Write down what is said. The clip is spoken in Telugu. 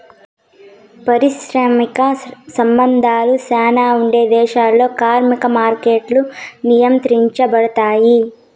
పారిశ్రామిక సంబంధాలు శ్యానా ఉండే దేశాల్లో కార్మిక మార్కెట్లు నియంత్రించబడుతాయి